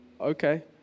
okay